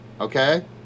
Okay